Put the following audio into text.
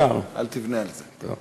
אל תבנה על זה.